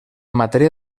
matèria